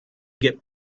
get